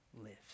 lives